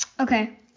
Okay